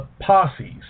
posses